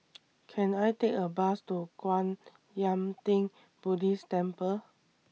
Can I Take A Bus to Kwan Yam Theng Buddhist Temple